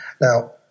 Now